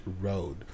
Road